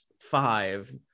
five